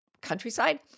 countryside